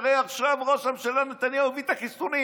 הרי עכשיו ראש הממשלה נתניהו הביא את החיסונים.